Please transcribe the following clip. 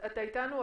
שלהן.